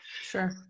Sure